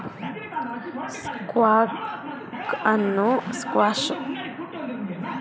ಸ್ಕ್ವಾಷ್ಅನ್ನ ಆಹಾರ ಬಳಕೆಗಾಗಿ ಹೆಚ್ಚಾಗಿ ಬಳುಸ್ತಾರೆ ಹಾಗೂ ವಿದೇಶಕ್ಕೂ ರಫ್ತು ವಹಿವಾಟು ಮಾಡ್ತಾರೆ